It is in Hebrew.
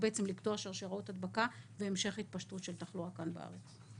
לקטוע שרשראות הדבקה והמשך התפתחות של תחלואה כאן בארץ.